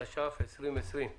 התש"ף-2020.